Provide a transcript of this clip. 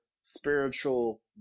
spiritual